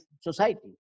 society